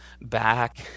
back